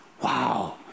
Wow